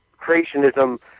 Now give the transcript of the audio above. creationism